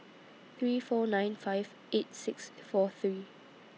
three four nine five eight six four three